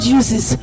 uses